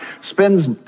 spends